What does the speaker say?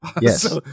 Yes